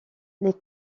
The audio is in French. les